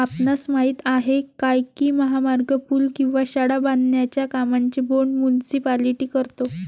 आपणास माहित आहे काय की महामार्ग, पूल किंवा शाळा बांधण्याच्या कामांचे बोंड मुनीसिपालिटी करतो?